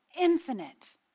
infinite